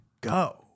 go